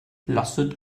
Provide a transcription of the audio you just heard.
lasset